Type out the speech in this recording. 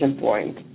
point